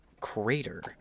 crater